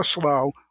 slow